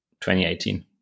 2018